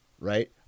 right